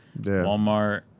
Walmart